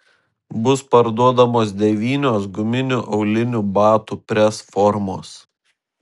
bus parduodamos devynios guminių aulinių batų presformos